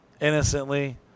innocently